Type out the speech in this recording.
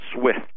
SWIFT